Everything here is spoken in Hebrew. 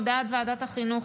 הודעת ועדת החינוך,